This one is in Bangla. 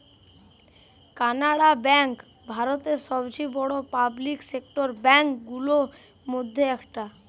কানাড়া বেঙ্ক ভারতের সবচেয়ে বড়ো পাবলিক সেক্টর ব্যাঙ্ক গুলোর মধ্যে একটা